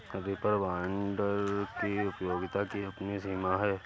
reaper binder की उपयोगिता की अपनी सीमा है